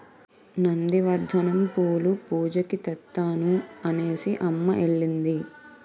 నంది వర్ధనం పూలు పూజకి తెత్తాను అనేసిఅమ్మ ఎల్లింది